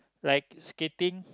like skating